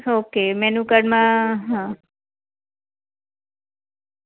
okay મેનુકાર્ડમાં હા